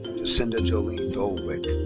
jacinda jolene and dolwick.